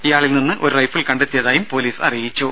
ഇയാളിൽ നിന്ന് ഒരു റൈഫിൾ കണ്ടെത്തിയതായും പൊലീസ് അറിയിച്ചു